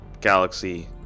galaxy